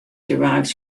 derives